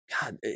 God